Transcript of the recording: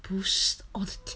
不是我的天